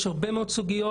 יש הרבה מאוד סוגיות.